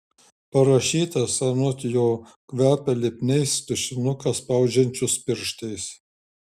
parašytas anot jo kvepia lipniais tušinuką spaudžiančius pirštais